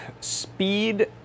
speed